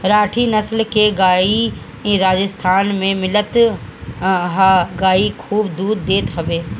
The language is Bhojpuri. राठी नसल के गाई राजस्थान में मिलत हअ इ गाई खूब दूध देत हवे